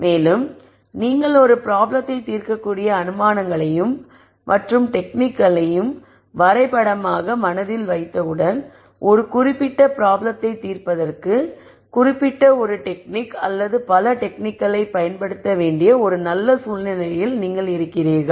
மேலும் நீங்கள் ஒரு ப்ராப்ளத்தை தீர்க்கக்கூடிய அனுமானங்களையும் மற்றும் டெக்னிக்கையும் வரை படமாக மனதில் வைத்தவுடன் ஒரு குறிப்பிட்ட ப்ராப்ளத்தை தீர்ப்பதற்கு குறிப்பிட்ட ஒரு டெக்னிக் அல்லது பல டெக்னிக்களைப் பயன்படுத்த வேண்டிய ஒரு நல்ல சூழ்நிலையில் நீங்கள் இருக்கிறீர்கள்